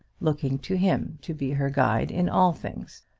looking to him to be her guide in all things,